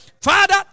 Father